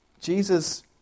Jesus